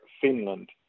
Finland